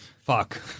Fuck